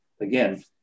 Again